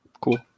cool